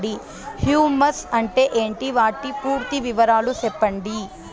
Humus అంటే ఏంటి? వాటి పూర్తి వివరాలు సెప్పండి?